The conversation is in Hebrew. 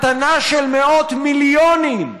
מתנה של מאות מיליונים,